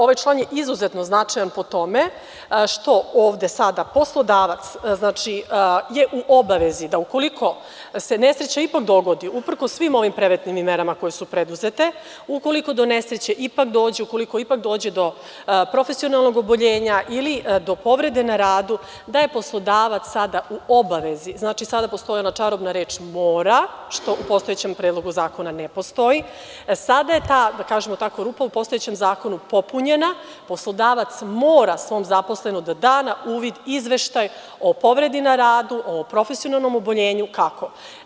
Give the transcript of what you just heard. Ovaj član je izuzetno značajan po tome što je ovde sada poslodavac u obavezi da ukoliko se nesreća ipak dogodi, uprkos svim ovim preventivnim merama koje su preduzete, ukoliko do nesreće ipak dođe, ukoliko ipak dođe do profesionalnog oboljenja ili do povrede na radu, da je poslodavac sada u obavezi, znači sada postoji ona čarobna reč „mora“, što u postojećem Predlogu zakona ne postoji, sada je ta rupa u postojećem zakonu popunjena, poslodavac „mora“ svom zaposlenom da da na uvid izveštaj o povredi na radu, o profesionalnom oboljenju, kako?